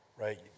right